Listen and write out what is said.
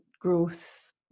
growth